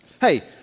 Hey